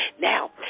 Now